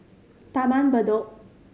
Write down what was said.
Taman Bedok